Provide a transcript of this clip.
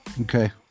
Okay